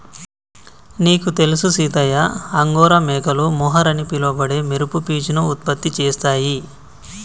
నీకు తెలుసు సీతయ్య అంగోరా మేకలు మొహర్ అని పిలవబడే మెరుపు పీచును ఉత్పత్తి చేస్తాయి